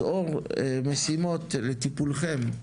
אז, אור, משימות לטיפולכם.